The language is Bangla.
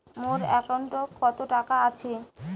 মোর একাউন্টত কত টাকা আছে?